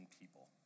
people